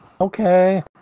Okay